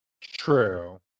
True